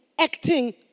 acting